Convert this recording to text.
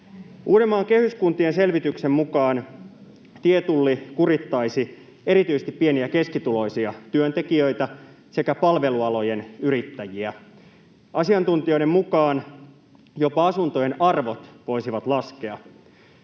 Uudenmaan kehyskuntien selvityksen mukaan tietulli kurittaisi erityisesti pieni‑ ja keskituloisia työntekijöitä sekä palvelualojen yrittäjiä. Asiantuntijoiden mukaan jopa asuntojen arvot voisivat laskea.